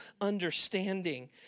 understanding